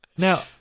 Now